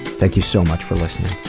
thank you so much for listening.